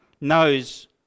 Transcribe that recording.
knows